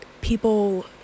people